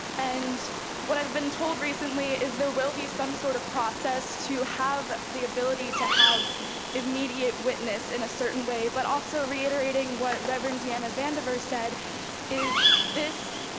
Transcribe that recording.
and what i've been told recently is there will be some sort of process to have the ability to have immediate witness in a certain way, but also, reiterate reiterateing what reverend deanna vandivier said is this